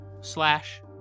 slash